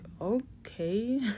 okay